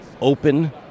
open